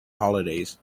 holidays